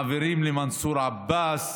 מעבירים למנסור עבאס